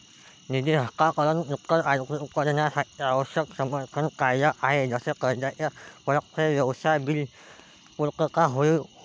निधी हस्तांतरण इतर आर्थिक उत्पादनांसाठी आवश्यक समर्थन कार्य आहे जसे कर्जाची परतफेड, व्यवसाय बिल पुर्तता होय ई